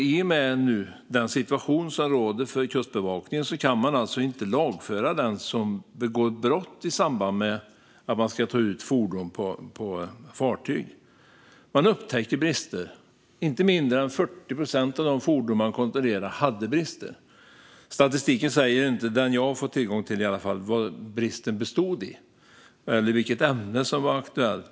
I och med den situation som råder för Kustbevakningen kan man alltså inte lagföra den som begår brott i samband med att fordon tas ut på fartyg. Man upptäcker brister; inte mindre än 40 procent av de fordon man kontrollerar har brister. Statistiken, i alla fall den jag har fått tillgång till, säger inte vad bristen bestod i eller vilket ämne som var aktuellt.